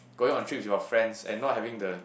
going on trips with your friends and not having the